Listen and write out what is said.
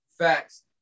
Facts